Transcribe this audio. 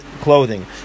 clothing